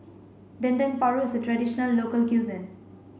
Dendeng Paru is a traditional local cuisine